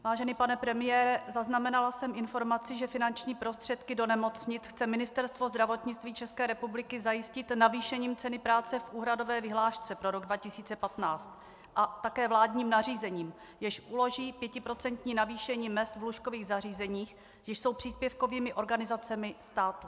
Vážený pane premiére, zaznamenala jsem informaci, že finanční prostředky do nemocnic chce Ministerstvo zdravotnictví České republiky zajistit navýšením ceny práce v úhradové vyhlášce pro rok 2015 a také vládním nařízením, jež uloží 5% navýšení mezd v lůžkových zařízeních, jež jsou příspěvkovými organizacemi státu.